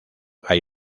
hay